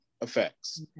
effects